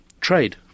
trade